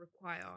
require